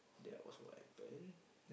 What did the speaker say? that was what happen